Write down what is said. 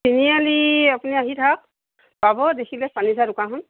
তিনিআলি আপুনি আহি থাকক পাব দেখিলে ফাৰ্নিচাৰৰ দোকানখন